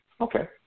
okay